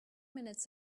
minutes